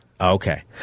Okay